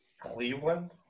Cleveland